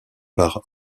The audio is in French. par